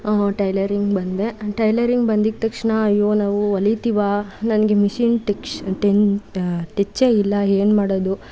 tailoring ಬಂದೆ and tailoring ಬಂದಿದ್ದ ತಕ್ಷಣ ಅಯ್ಯೋ ನಾವು ಹೊಲಿತೀವಾ ನನಗೆ ಮಿಷಿನ್ ಟೆಕ್ಷ್ ಟೆನ್ ಟಚ್ಚೇ ಇಲ್ಲ ಏನು ಮಾಡೋದು